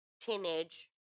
teenage